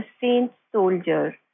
saint-soldier